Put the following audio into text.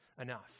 enough